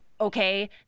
okay